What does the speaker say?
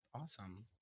Awesome